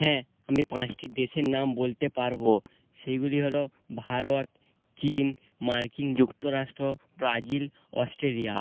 হ্যাঁ আমি পাঁচটি দেশের নাম বলতে পারবো সেইগুলি হলো ভারত চীন মার্কিন যুক্তরাষ্ট ব্রাজিল অস্ট্রেলিয়া